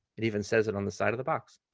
it even says it on the side of the box,